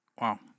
Wow